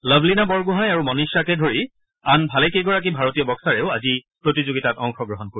লভলীনা বৰগোহাঁই আৰু মনীষাকে ধৰি আন ভালেকেইগৰাকী ভাৰতীয় বক্সাৰেও আজি প্ৰতিযোগিতাত অংশগ্ৰহণ কৰিব